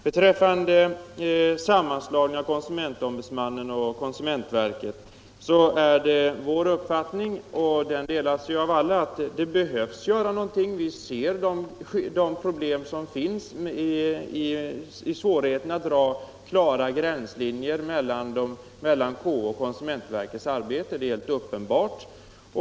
Beträffande sammanslagningen av konsumentombudsmannen och konsumentverket är det vår uppfattning — den delas av alla — att det behöver göras någonting. Vi ser de problem som finns i svårigheten att dra klara gränslinjer mellan KO:s arbete och konsumentverkets.